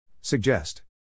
Suggest